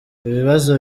ibibazo